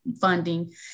funding